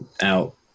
out